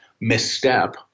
misstep